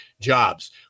jobs